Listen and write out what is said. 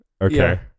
okay